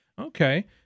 Okay